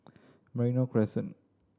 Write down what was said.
Merino Crescent